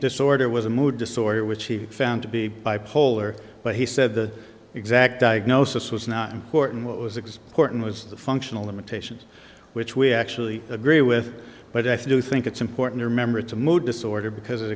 disorder was a mood disorder which he found to be bipolar but he said the exact diagnosis was not important what was exporting was the functional limitations which we actually agree with but i do think it's important to remember it's a mood disorder because